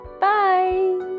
Bye